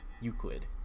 Euclid